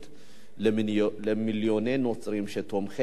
למיליוני נוצרים שהם תומכי ישראל,